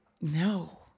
No